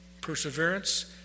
perseverance